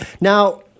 Now